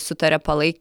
sutaria palai